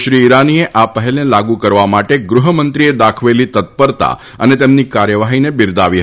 શ્રી ઇરાનીએ આ પહેલને લાગુ કરવા માટે ગૃહમંત્રીએ દાખવેલી તત્પરતા અને તેમની કાર્યવાહીને બિરદાવી હતી